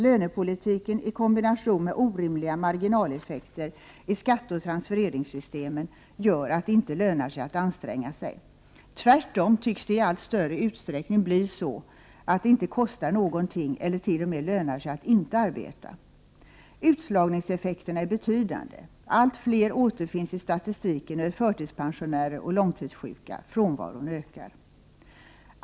Lönepolitiken i kombination med orimliga marginaleffekter i skatteoch transfereringssystemen gör att det inte lönar sig att anstränga sig. Tvärtom tycks det i allt större utsträckning bli så att det inte kostar någonting, eller t.o.m. lönar sig, att inte arbeta. Utslagningseffekterna är betydande. Allt fler återfinns i statistiken över förtidspensionärer och långtidssjuka. Frånvaron ökar.